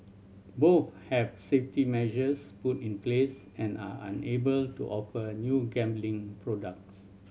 both have safety measures put in place and are unable to offer new gambling products